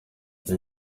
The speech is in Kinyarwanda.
iyi